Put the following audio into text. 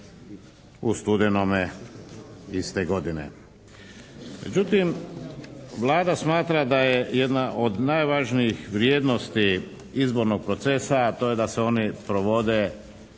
u studenome iste godine. Međutim Vlada smatra da je jedna od najvažnijih vrijednosti izbornog procesa, to je da se oni provode